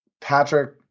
Patrick